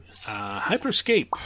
Hyperscape